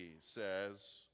says